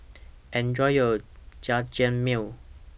Enjoy your Jajangmyeon